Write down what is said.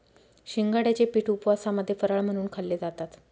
शिंगाड्याचे पीठ उपवासामध्ये फराळ म्हणून खाल्ले जातात